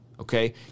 okay